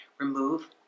remove